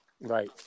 Right